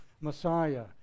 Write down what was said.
Messiah